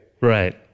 Right